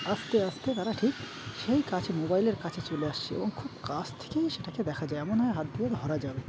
আস্তে আস্তে তারা ঠিক সেই কাজ মোবাইলের কাছে চলে আসছে এবং খুব কছ থেকেই সেটাকে দেখা যায় এমন হয় হাত ধের ধরা যাবে